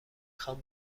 خوام